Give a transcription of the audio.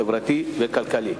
חברתי וכלכלי.